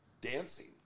dancing